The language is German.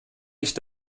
nicht